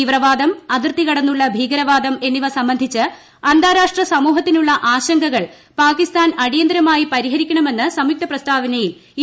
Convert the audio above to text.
തീവ്രവാദം അതിർത്തികടന്നുള്ള ഭീകരവാദം എന്നിവ സംബന്ധിച്ച് അന്താരാഷ്ട്ര സമൂഹത്തിനുള്ള ആശങ്കകൾ പാകിസ്ഥാൻ അടിയന്തിരമായിപരിഹരിക്കണമെന്ന് സംയുക്ത പ്രസ്താവനയിൽ ഇരുവരും ആവശ്യപ്പെട്ടു